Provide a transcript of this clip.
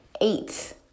eight